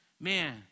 Man